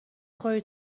خوری